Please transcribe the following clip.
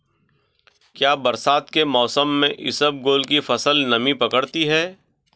क्या बरसात के मौसम में इसबगोल की फसल नमी पकड़ती है?